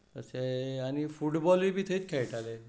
आनी फुटबॉलूय बी थंयच खेळटाले